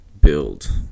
Build